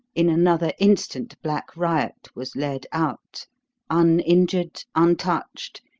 in another instant black riot was led out uninjured, untouched,